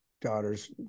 daughter's